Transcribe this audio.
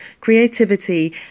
creativity